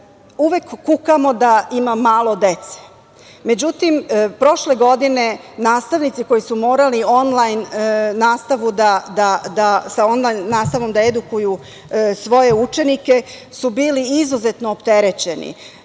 Uvek kukamo da ima malo dece.Međutim, prošle godine, nastavnici koji su morali onlajn nastavu, sa onlajn nastavom da edukuju svoje učenike, bili su izuzetno opterećeni.